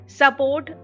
support